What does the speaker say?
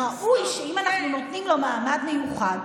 ראוי שאם אנחנו נותנים לו מעמד מיוחד,